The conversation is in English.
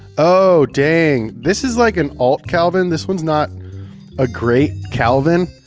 oh, dang. this is like an alt calvin. this one's not a great calvin.